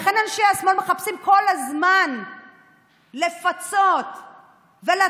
לכן אנשי השמאל מחפשים כל הזמן לפצות ולתת,